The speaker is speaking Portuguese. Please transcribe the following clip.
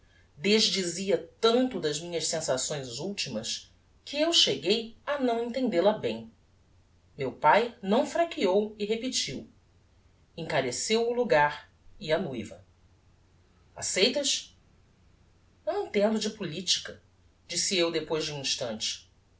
desdizia tanto das minhas sensações ultimas que eu cheguei a não entendel a bem meu pae não fraqueou e repetiu a encareceu o logar e a noiva aceitas não entendo de politica disse eu depois de um instante